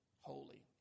holy